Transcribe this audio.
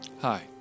Hi